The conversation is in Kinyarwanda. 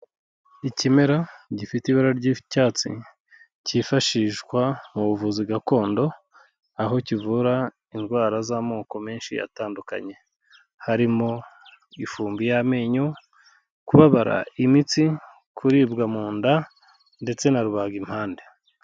Ikimera gifite ibara ry'icyatsi cyifashishwa mu buvuzi gakondo aho kivura indwara z'amoko menshi atandukanye harimo ifumbi y' amenyo, kubabara imitsi, kuribwa mu nda ndetse na rubagimpande.